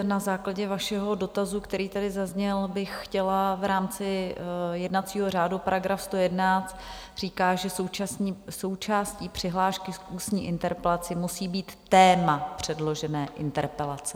Na základě vašeho dotazu, který tady zazněl, bych chtěla v rámci jednacího řádu: § 101 říká, že součástí přihlášky k ústní interpelaci musí být téma předložené interpelace.